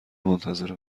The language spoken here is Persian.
منتظر